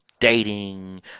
Dating